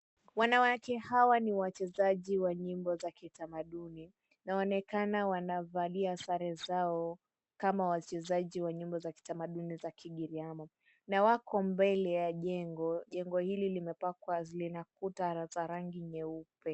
Wanawake hawa ni wachezaji wa nyimbo za kitamaduni inaonekana wanavalia sare zao kama wachezaji wa nyimbo za kitamaduni za kigiriama na wako mbele ya jengo jengo hili limepakwa kuta za rangi nyeupe.